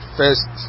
first